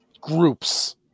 groups